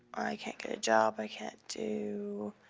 i can't get a job. i can't do.